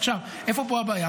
עכשיו איפה פה הבעיה?